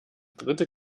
dritte